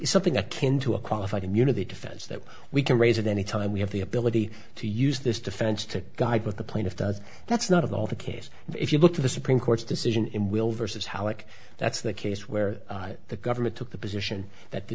something akin to a qualified immunity defense that we can raise at any time we have the ability to use this defense to guide what the plaintiff does that's not of all the case if you look at the supreme court's decision in will versus halleck that's the case where the government took the position that the